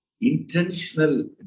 intentional